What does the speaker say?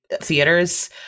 theaters